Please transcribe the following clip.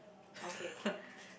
okay okay okay